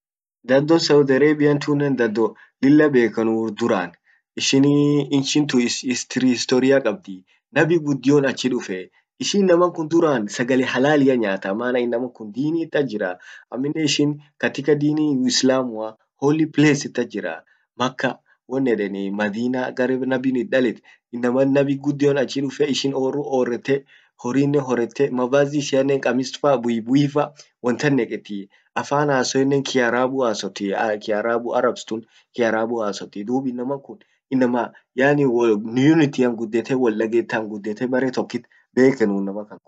Dhadon Saudi Arabian tunen dhado lilla bekenu ur durani ishin inchi historia kabdi, nabin guddion achi duffee, ishin inaman kun duran sagale halalia nyaata maana inaman kun dinit ach jira .amminen ishin katika dini islamua, holy place it ach jira, Makkah won eden, Madinah gar nabbin itdalet .inaman nabin guddion achi duffe ,orru orrete, horrinrn horete, mavazi ishianen kamisumaaa, buibuifa wontan neketi. Afaan hassoenen kiarabu hasotti, kiarabu Arabs sun kirabu hasotti .dub inaman kun inama yaani unity an gudete woldagetan gudete bare tokkit bekenu inaman kan.